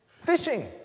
Fishing